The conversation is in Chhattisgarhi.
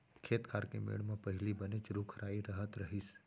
खेत खार के मेढ़ म पहिली बनेच रूख राई रहत रहिस